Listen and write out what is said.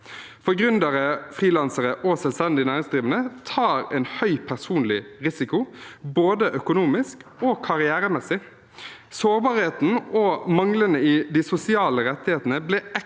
Gründere, frilansere og selvstendig næringsdrivende tar en høy personlig risiko både økonomisk og karrieremessig. Sårbarheten og manglene i de sosiale rettighetene